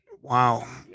Wow